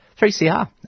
3CR